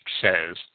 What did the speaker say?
says